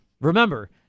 remember